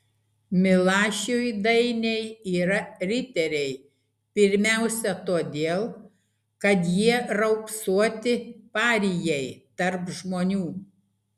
milašiui dainiai yra riteriai pirmiausia todėl kad jie raupsuoti parijai tarp žmonių